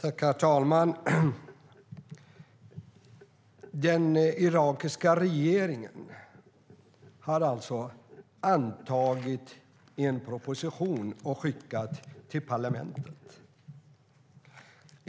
Herr talman! Den irakiska regeringen har antagit en proposition och skickat den till parlamentet.